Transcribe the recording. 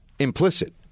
Implicit